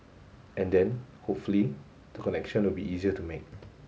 and then hopefully the connection will be easier to make